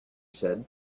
said